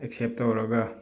accept ꯇꯧꯔꯒ